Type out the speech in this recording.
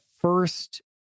first